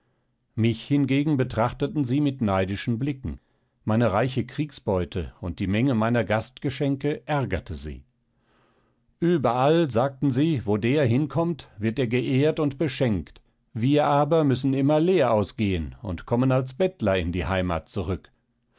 mich hingegen betrachteten sie mit neidischen blicken meine reiche kriegsbeute und die menge meiner gastgeschenke ärgerte sie überall sagten sie wo der hinkommt wird er geehrt und beschenkt wir aber müssen immer leer ausgehen und kommen als bettler in die heimat zurück